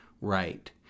right